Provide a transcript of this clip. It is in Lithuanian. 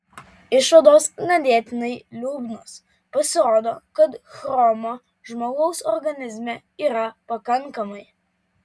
išvados ganėtinai liūdnos pasirodo kad chromo žmogaus organizme yra pakankamai